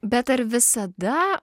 bet ar visada